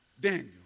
Daniel